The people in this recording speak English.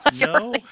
No